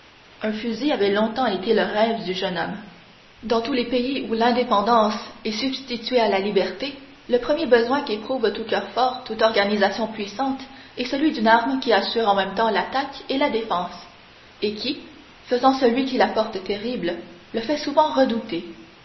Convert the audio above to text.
un fusil avait longtemps été le rêve du jeune homme dans tous les pays où l'indépendance est substituée à la liberté le premier besoin qu'éprouve tout coeur fort toute organisation puissante est celui d'une arme qui assure en même temps l'attaque et la défense et qui faisant celui qui la porte terrible le fait souvent redouté